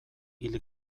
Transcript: hil